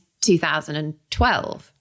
2012